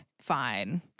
fine